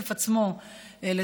את הכסף עצמו,